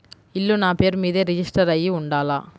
ఇల్లు నాపేరు మీదే రిజిస్టర్ అయ్యి ఉండాల?